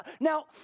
now